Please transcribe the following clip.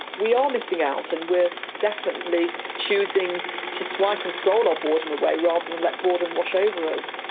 we are missing out. and we're definitely choosing to swipe and scroll our boredom away rather than let boredom wash over us.